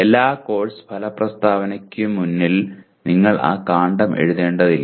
എല്ലാ കോഴ്സ് ഫല പ്രസ്താവനയ്ക്കും മുന്നിൽ നിങ്ങൾ ആ കാണ്ഡം എഴുതേണ്ടതില്ല